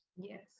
yes